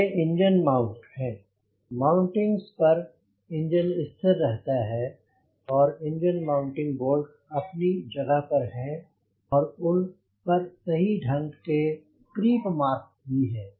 ये engine mount हैं mountings पर इंजन स्थिर रहता है और इंजन मॉउंटिंग बोल्ट अपनी जगह पर हैं और उन पर सही ढंग के क्रीप मार्क्स भी हैं